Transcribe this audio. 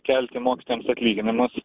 kelti mokytojams atlyginimus